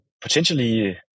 potentially